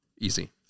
Easy